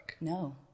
No